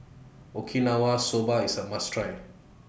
Okinawa Soba IS A must Try